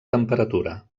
temperatura